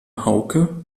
hauke